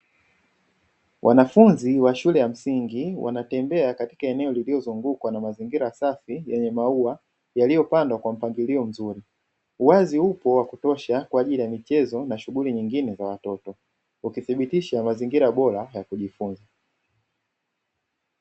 Wanafunzi wa shule ya msingi, wanatembea katika eneo lililozungukwa na mazingira safi yenye maua yaliyopandwa kwa mpangilio mzuri. Uwazi upo wa kutosha kwa ajili ya michezo na shughuli nyingine kwa watoto, ukithibitisha mazingira bora ya kujisomea.